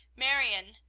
marion,